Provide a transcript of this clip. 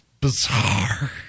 bizarre